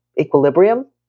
equilibrium